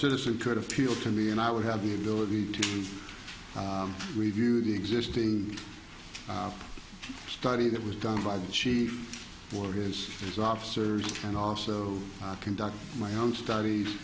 citizen could appeal to me and i would have the ability to review the existing study that was done by the chief work is his officers and also conduct my own studies